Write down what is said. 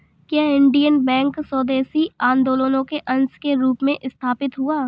क्या Indian bank स्वदेशी आंदोलन के अंश के रूप में स्थापित हुआ?